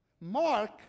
Mark